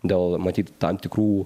dėl matyt tam tikrų